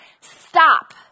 stop